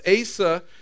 asa